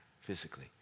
physically